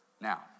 Now